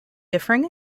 differing